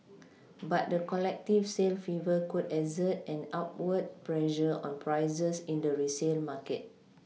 but the collective sale fever could exert an upward pressure on prices in the resale market